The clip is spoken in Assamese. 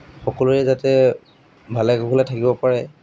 সকলোৱে যাতে ভালে কুশলে থাকিব পাৰে